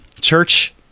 church